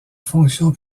fonction